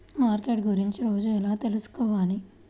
Market గురించి రోజు ఎలా తెలుసుకోవాలి?